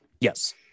Yes